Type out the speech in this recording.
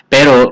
Pero